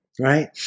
right